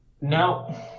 No